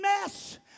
mess